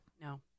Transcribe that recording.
No